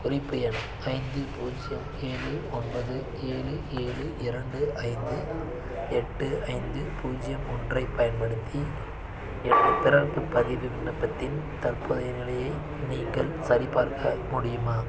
குறிப்பு எண் ஐந்து பூஜ்ஜியம் ஏழு ஒன்பது ஏழு ஏழு இரண்டு ஐந்து எட்டு ஐந்து பூஜ்ஜியம் ஒன்றைப் பயன்படுத்தி எனது பிறப்பு பதிவு விண்ணப்பத்தின் தற்போதைய நிலையை நீங்கள் சரிபார்க்க முடியுமா